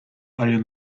ale